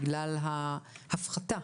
בגלל ההפחתה.